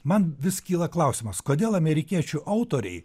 man vis kyla klausimas kodėl amerikiečių autoriai